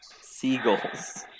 Seagulls